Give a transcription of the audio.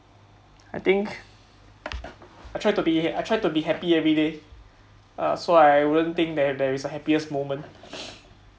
I think I've tried to be I've tried to be happy everyday uh so I wouldn't think there is a happiest moment